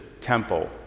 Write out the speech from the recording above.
temple